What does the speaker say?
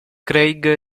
craig